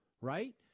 right